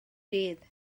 dydd